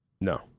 No